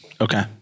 Okay